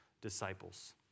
disciples